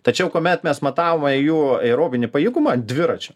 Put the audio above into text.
tačiau kuomet mes matavome jų aerobinį pajėgumą dviračiu